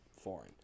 foreign